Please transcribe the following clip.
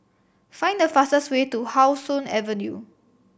find the fastest way to How Sun Avenue